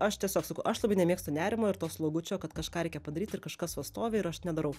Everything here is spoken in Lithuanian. aš tiesiog sakau aš labai nemėgstu nerimo ir to slogučio kad kažką reikia padaryt ir kažkas va stovi ir aš nedarau